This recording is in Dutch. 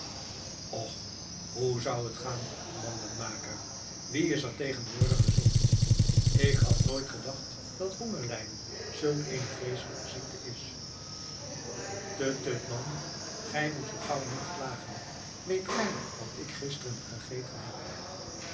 och hoe zou het gaan mandenmaker wie is er tegenwoordig gezond ik had nooit gedacht dat hongerlijden zulk eene vreeselijke ziekte is tut tut man gij moet zoo gauw niet klagen weet gij wat ik gisteren gegeten heb